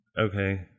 okay